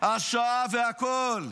-- השעה והכול.